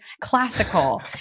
classical